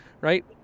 right